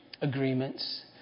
agreements